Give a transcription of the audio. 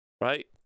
right